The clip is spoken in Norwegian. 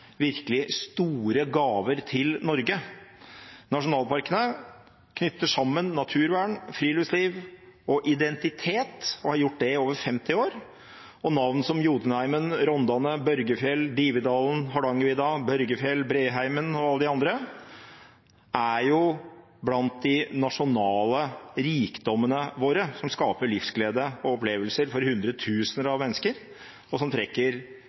virkelig store gaver til Norge. Nasjonalparkene knytter sammen naturvern, friluftsliv og identitet og har gjort det i over 50 år, og Jotunheimen, Rondane, Børgefjell, Dividalen, Hardangervidda, Breheimen og de andre er blant de nasjonale rikdommene våre som skaper livsglede og opplevelser for hundretusener av mennesker, og som trekker